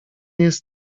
jest